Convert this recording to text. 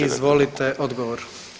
Izvolite odgovor.